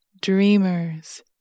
Dreamers